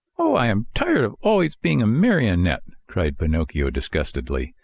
oh, i'm tired of always being a marionette! cried pinocchio disgustedly.